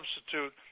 substitute